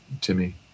Timmy